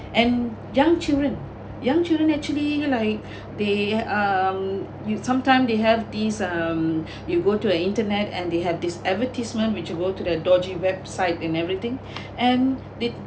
and young children young children actually like they um you sometime they have these um you go to the internet and they had this advertisement which go to the dodgy website in everything and they